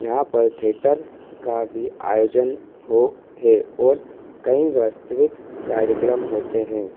यहाँ पर theatre theatre का भी आयोजन हो है और कई वास्तविक कार्यक्रम होते हैं